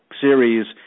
series